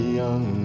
young